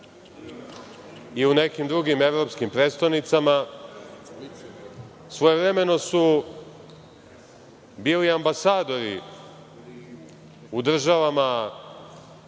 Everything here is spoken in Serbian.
i u nekim drugim evropskim prestonicama. Svojevremeno su bili ambasadori u državama